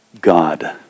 God